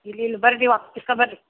ಇಲ್ಲಿ ಇಲ್ಲಿ ಬರ್ರಿ ನೀವು ಆಫೀಸ್ಗೇ ಬನ್ರಿ